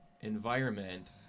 environment